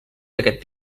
d’aquest